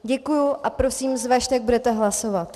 Děkuji a prosím, zvažte, jak budete hlasovat.